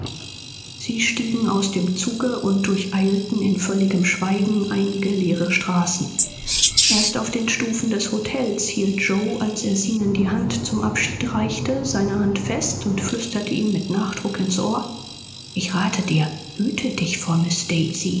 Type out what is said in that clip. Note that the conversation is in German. sie stiegen aus dem zuge und durcheilten in völligem schweigen einige leere straßen erst auf den stufen des hotels hielt yoe als er zenon die hand zum abschied reichte seine hand fest und flüsterte ihm mit nachdruck ins ohr ich rate dir hüte dich vor miß